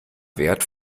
wert